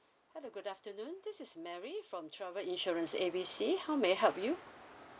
hello good afternoon this is mary from travel insurance A B C how may I help you